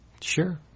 Sure